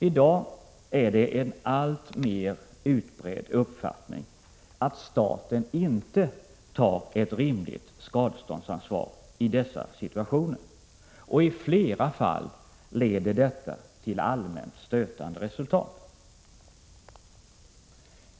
I dag är det en alltmer utbredd uppfattning att staten inte tar ett rimligt skadeståndsansvar i dessa situationer, och i flera fall leder detta till allmänt stötande resultat.